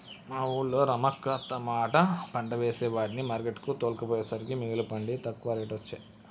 మా వూళ్ళో రమక్క తమాట పంట వేసే వాటిని మార్కెట్ కు తోల్కపోయేసరికే మిగుల పండి తక్కువ రేటొచ్చె